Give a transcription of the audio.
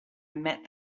met